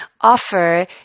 offer